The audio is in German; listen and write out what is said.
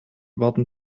werden